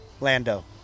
Lando